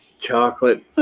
Chocolate